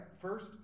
First